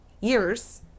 years